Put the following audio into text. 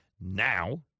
now